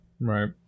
right